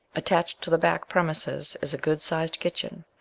attached to the back premises is a good-sized kitchen,